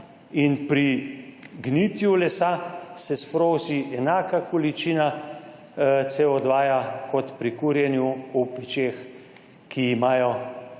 Pri gnitju lesa se sproži enaka količina CO2 kot pri kurjenju v pečeh, ki imajo